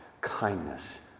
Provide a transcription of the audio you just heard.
kindness